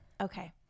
Okay